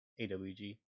AWG